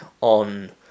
on